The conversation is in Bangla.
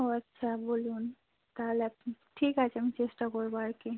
ও আচ্ছা বলুন তাহলে আপনি ঠিক আছে আমি চেষ্টা করবো আর কি